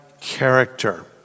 character